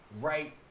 right